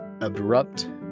abrupt